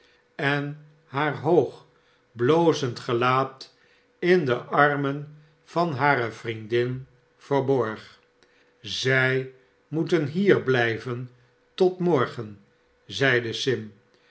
en haar hoog blozend gelaat in de armen van hare vriendin verborg zij moeten hier blijven tot morgen zeide sim